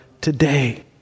today